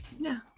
No